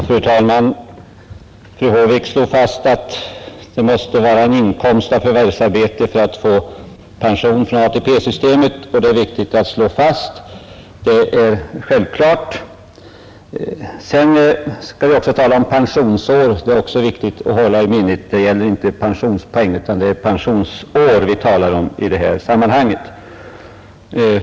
Fru talman! Fru Håvik slår fast att man måste ha inkomst av förvärvsarbete för att få pension från ATP-systemet, och det är ju självklart. Vidare är det angeläget att hålla i minnet att det är pensionsår och inte pensionspoäng vi talar om i detta sammanhang.